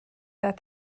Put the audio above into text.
that